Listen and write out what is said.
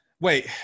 Wait